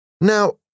Now